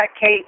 Kate